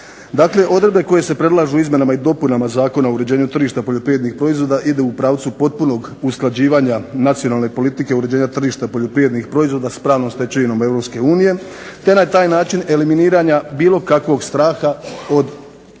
Dakle, odredbe koje se predlažu izmjenama i dopunama Zakona o uređenju tržišta poljoprivrednih proizvoda idu u pravcu potpunog usklađivanja nacionalne politike uređenja tržišta poljoprivrednih proizvoda s pravnom stečevinom Europske unije te na taj način eliminiranja bilo kakvog straha od eventualnom